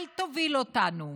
אל תוביל אותנו,